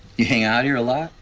you hang out here a lot?